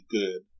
good